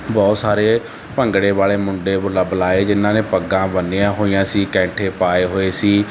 ਬਹੁਤ ਸਾਰੇ ਭੰਗੜੇ ਵਾਲੇ ਮੁੰਡੇ ਬੁਲਾ ਬੁਲਾਏ ਜਿਹਨਾਂ ਨੇ ਪੱਗਾਂ ਬੰਨੀਆਂ ਹੋਈਆਂ ਸੀ ਕੈਂਠੇ ਪਾਏ ਹੋਏ ਸੀ